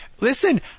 listen